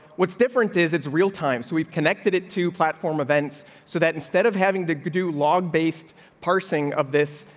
what's different is it's real time, so we've connected it to platform events so that instead of having the do log based parsing of this,